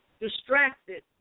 distracted